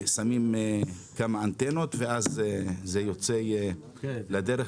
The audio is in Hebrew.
שמים כמה אנטנות ואז זה ייצא לדרך,